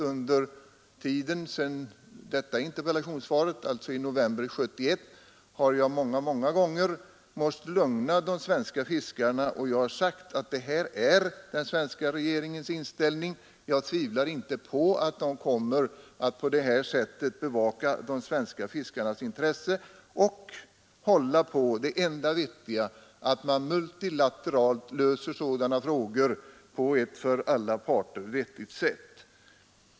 Under tiden sedan denna interpellation framställdes, alltså i november 1971, har jag många gånger måst lugna de svenska fiskarna. Jag har sagt att det här är den svenska regeringens inställning och att jag inte tvivlar på att regeringen kommer att beakta de svenska fiskarnas intresse och hålla på det enda rimliga — att man multilateralt löser sådana frågor på ett för alla parter vettigt sätt.